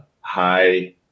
high